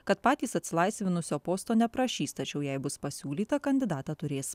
kad patys atsilaisvinusio posto neprašys tačiau jei bus pasiūlytą kandidatą turės